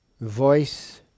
voice